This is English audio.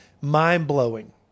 Mind-blowing